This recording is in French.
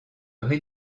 rez